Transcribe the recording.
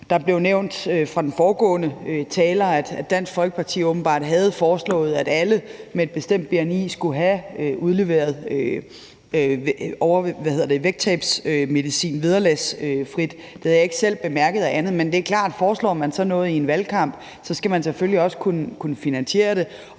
Der blev nævnt fra den foregående taler, at Dansk Folkeparti åbenbart havde foreslået, at alle med et bestemt bmi skulle have udleveret vægttabsmedicin vederlagsfrit. Det havde jeg ikke selv bemærket, men det er klart, at foreslår man sådan noget i en valgkamp, skal man selvfølgelig også kunne finansiere det,